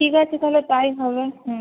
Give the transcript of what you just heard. ঠিক আছে তাহলে তাই হবে হুম